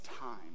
time